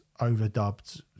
overdubbed